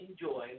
enjoy